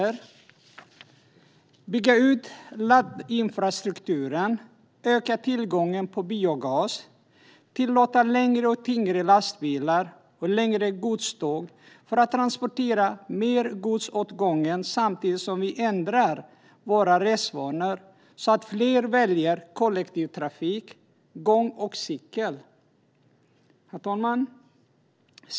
Vidare är det nödvändigt att bygga ut laddinfrastrukturen, att öka tillgången på biogas samt att tillåta längre och tyngre lastbilar och längre godståg för att transportera mer gods åt gången, samtidigt som vi ändrar våra resvanor så att fler väljer kollektivtrafik, gång och cykel. Herr talman!